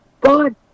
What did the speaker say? God